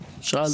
שאלת.